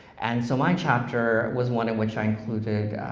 and so my chapter was one in which i included